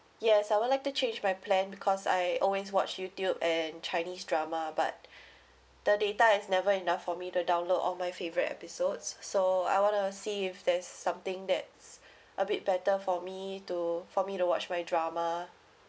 yes I would like to change my plan because I always watch youtube and chinese drama but the data is never enough for me to download all my favourite episodes so I wanna see if there's something that's a bit better for me to for me to watch my drama